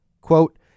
Quote